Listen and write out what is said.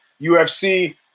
UFC –